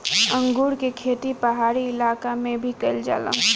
अंगूर के खेती पहाड़ी इलाका में भी कईल जाला